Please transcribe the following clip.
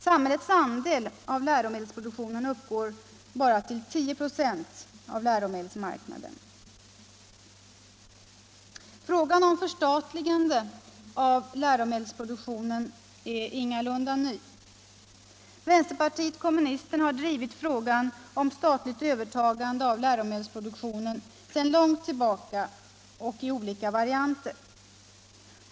Samhällets andel av läromedelsproduktionen uppgår bara till 10 926 av läromedelsmarknaden. Frågan om förstatligande av läromedelsproduktionen är ingalunda ny. Vänsterpartiet kommunisterna har drivit frågan om statligt övertagande av läromedelsproduktionen sedan lång tid tillbaka och i olika varianter.